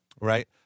Right